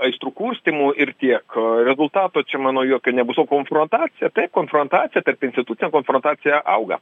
aistrų kurstymu ir tiek rezultato čia manau jokio nebus o konfrontacija taip konfrontacija tarpinstitucinė konfrontacija auga